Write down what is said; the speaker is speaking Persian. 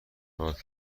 ملاقات